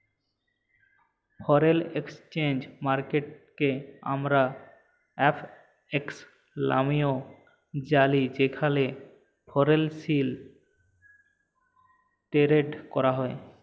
foreign exchange মার্কেটকে আমরা FX লামেও জালি যেখালে ফরেলসি টেরেড ক্যরা হ্যয়